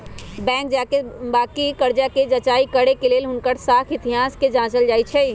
bank गाहक के बाकि कर्जा कें जचाई करे के लेल हुनकर साख इतिहास के जाचल जाइ छइ